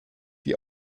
die